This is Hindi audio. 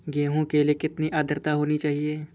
गेहूँ के लिए कितनी आद्रता होनी चाहिए?